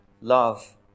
love